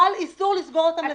חל איסור לסגור אותם לסליקה.